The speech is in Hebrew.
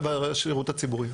והשרות הציבורי.